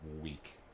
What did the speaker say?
week